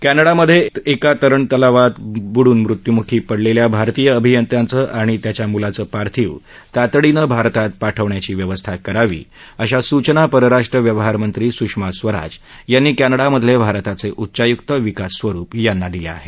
कॅनडामध्ये एका तरण तलावात बुडून मृत्यूमुखी पडलेल्या भारतीय अभियंत्याचं आणि त्याच्या मुलाचं पार्थिव तातडीनं भारतात पाठवण्याची व्यवस्था करावी अशा सूचना परराष्ट्र व्यवहारमंत्री सुषमा स्वराज यांनी कॅनडामधले भारताचे उच्चायुक्त विकास स्वरुप यांना दिल्या आहेत